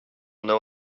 know